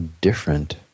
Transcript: different